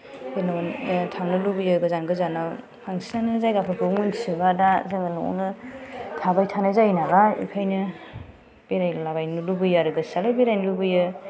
जेनेबा थांनो लुबैयो गोजान गोजानाव बांसिनानो जायगाफोरखौ मिन्थिजोबा दा जोङो न'आवनो थाबाय थानाय जायो नालाय बेखायनो बेरायलाबायनो लुबैयो आरो गोसोआलाय बेरायनो लुबैयो